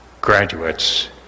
graduates